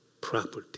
property